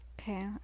Okay